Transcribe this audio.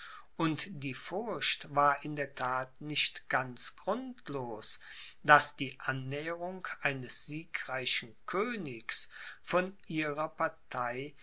und die furcht war in der that nicht ganz grundlos daß die annäherung eines siegreichen königs von ihrer partei